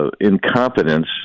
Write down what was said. incompetence